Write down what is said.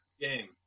game